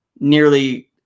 Nearly